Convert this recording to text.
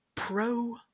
Pro